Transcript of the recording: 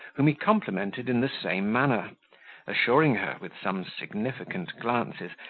whom he complimented in the same manner assuring her, with some significant glances,